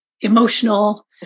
emotional